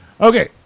Okay